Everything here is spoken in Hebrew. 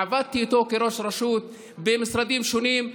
עבדתי איתו כראש רשות, עם משרדים שונים.